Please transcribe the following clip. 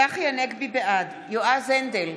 בעד יועז הנדל,